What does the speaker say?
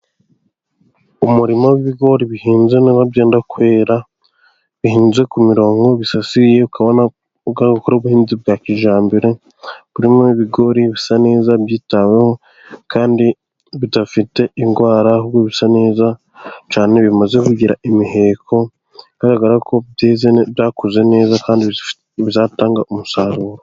umurima w'ibigori bihinze neza, byenda kwera , bihinze ku mirongo, bisasiye, ukabona ko ari ubuhinzi bwa kijyambere. Burimo ibigori bisa neza ,byitaweho kandi bidafite indwara, ahubwo bisa neza cyane, bimaze guheka, bigaragara ko byakuze neza kandi bizatanga umusaruro.